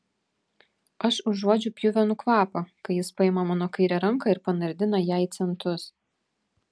aš užuodžiu pjuvenų kvapą kai jis paima mano kairę ranką ir panardina ją į centus